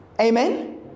Amen